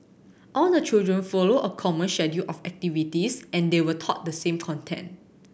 all the children follow a common schedule of activities and they were taught the same content